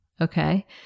Okay